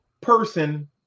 person